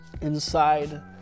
inside